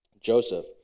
Joseph